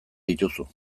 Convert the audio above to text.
dituzu